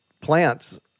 plants